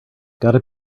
gotta